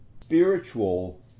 spiritual